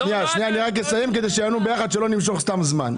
אני אסיים כדי שיענו על השאלות ביחד ולא נמשוך את הזמן.